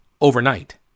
overnight